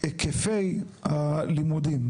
והיקפי הלימודים.